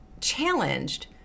challenged